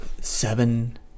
Seven